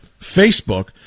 Facebook